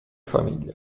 famiglia